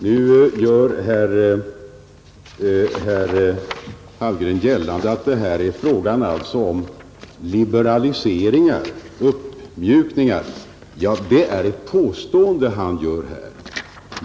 Nu gör herr Hallgren gällande att det här är fråga om liberaliseringar, uppmjukningar. Ja, det är ett påstående han gör här.